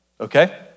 okay